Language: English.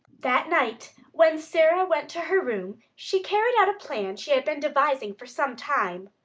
that night when sara went to her room she carried out a plan she had been devising for some time.